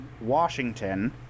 Washington